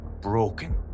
broken